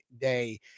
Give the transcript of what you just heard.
day